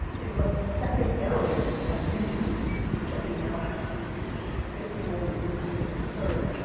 it went secondarily on youtube which i think now has fifteen million views or something absurd.